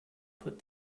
put